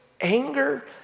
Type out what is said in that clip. anger